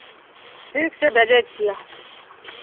ठीक छै भेजै छियै